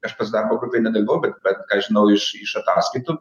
aš pats darbo grupėj nedirbau bet bet aš žinau iš iš ataskaitų